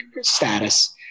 status